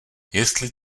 jestli